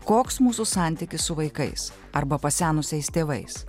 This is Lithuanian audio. koks mūsų santykis su vaikais arba pasenusiais tėvais